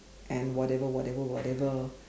and whatever whatever whatever